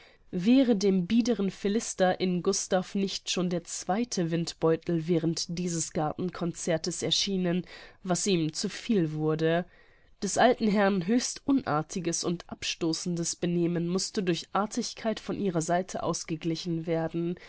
wäre dem biederen philister in gustav nicht schon der zweite windbeutel während dieses gartenconzertes erschienen was ihm zu viel wurde des alten herrn höchst unartiges und abstoßendes benehmen mußte durch artigkeit von ihrer seite ausgeglichen werden